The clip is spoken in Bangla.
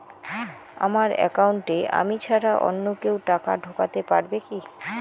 আমার একাউন্টে আমি ছাড়া অন্য কেউ টাকা ঢোকাতে পারবে কি?